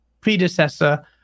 predecessor